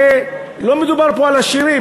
לא מדובר פה על עשירים,